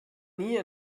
nie